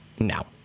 now